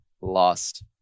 lost